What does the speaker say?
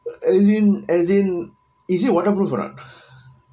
as in as in is it waterproof or not